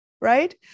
right